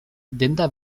denda